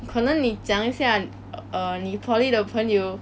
可能你讲一下 err 你 poly 的朋友